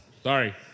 Sorry